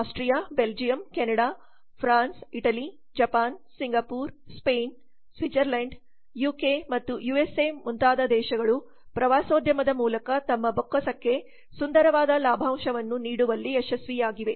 Austria Belgium Canada France Italy Japan Singapore Spain Switzerland UK ಮತ್ತು USA ಮುಂತಾದ ದೇಶಗಳು ಪ್ರವಾಸೋದ್ಯಮದ ಮೂಲಕ ತಮ್ಮ ಬೊಕ್ಕಸಕ್ಕೆ ಸುಂದರವಾದ ಲಾಭಾಂಶವನ್ನು ನೀಡುವಲ್ಲಿ ಯಶಸ್ವಿಯಾಗಿವೆ